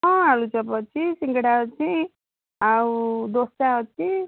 ହଁ ଆଳୁଚପ୍ ଅଛି ସିଙ୍ଗଡ଼ା ଅଛି ଆଉ ଦୋସା ଅଛି